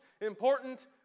important